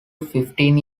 fifteen